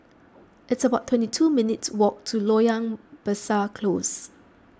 it's about twenty two minutes' walk to Loyang Besar Close